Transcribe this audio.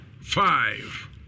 five